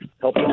help